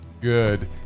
good